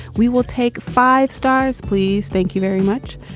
we will take five stars, please. thank you very much.